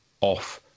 off